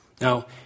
Now